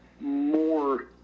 more